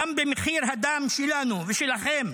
גם במחיר הדם שלנו ושלכם,